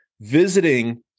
visiting